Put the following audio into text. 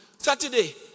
Saturday